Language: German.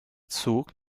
zug